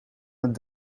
het